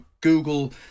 Google